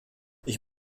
ich